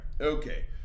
Okay